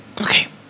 okay